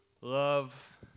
love